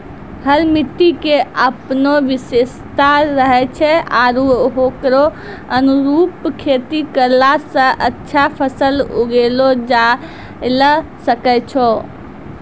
हर मिट्टी के आपनो विशेषता रहै छै आरो होकरो अनुरूप खेती करला स अच्छा फसल उगैलो जायलॅ सकै छो